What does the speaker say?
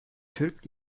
türk